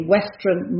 Western